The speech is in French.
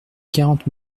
quarante